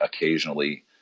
occasionally